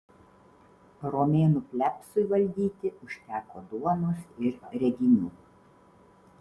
romėnų plebsui valdyti užteko duonos ir reginių